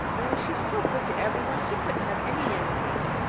only she's so good to everybody she couldn't have any enemies.